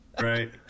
Right